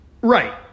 Right